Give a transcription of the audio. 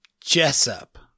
Jessup